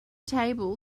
table